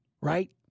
right